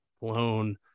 loan